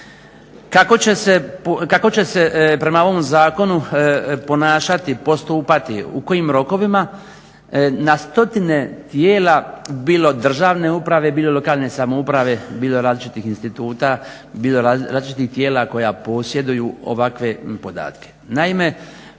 kako će se prema ovom zakonu ponašati, postupati, u kojim rokovima na stotine tijela bilo državne uprave bilo lokalne samouprave, bilo različitih instituta, bilo različitih tijela koja posjeduju ovakve podatke.